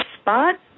spot